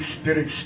Spirit